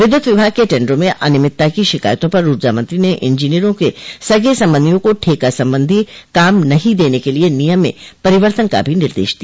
विद्युत विभाग के टेंडरों में अनियमितता की शिकायतों पर ऊर्जा मंत्री ने इंजीनियरों के सगे संबंधियों को ठेका संबंधी काम नहीं देने के लिये नियम में परिवर्तन का भी निर्देश दिया